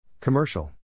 Commercial